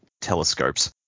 telescopes